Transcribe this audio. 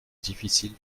difficile